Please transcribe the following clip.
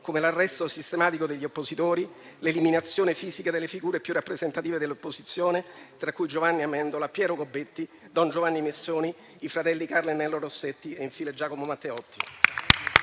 come l'arresto sistematico degli oppositori, l'eliminazione fisica delle figure più rappresentative dell'opposizione, tra cui Giovanni Amendola, Piero Gobetti, don Giovanni Minzoni, i fratelli Carlo e Nello Rosselli e infine Giacomo Matteotti.